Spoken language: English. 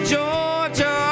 Georgia